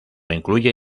incluye